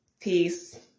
Peace